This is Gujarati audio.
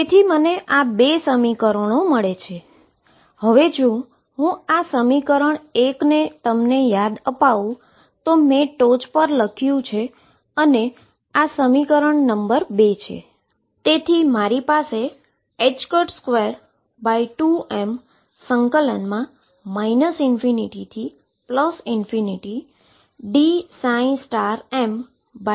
તેથી મને આ 2 સમીકરણો મળે છે હું જો સમીકરણ 1 આપણે યાદ કરીએ જે મેં ટોચ પર લખ્યું છે અને સમીકરણ નંબર 2 છે